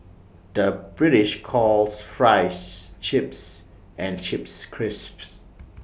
the British calls Fries Chips and Chips Crisps